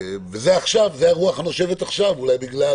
זו הרוח הנושבת, אולי בגלל